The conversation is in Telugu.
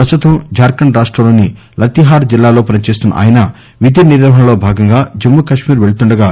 ప్రస్తుతం జార్ఖండ్ రాష్టంలోని లతీహార్ జిల్లాలో పనిచేస్తున్న ఆయన విధి నిర్వహణలో భాగంగా జమ్ము కాశ్మీర్ పెళ్తుండగా